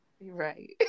right